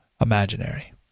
imaginary